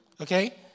Okay